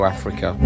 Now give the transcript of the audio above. Africa